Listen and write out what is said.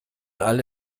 alle